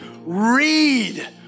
read